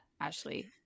Ashley